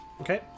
Okay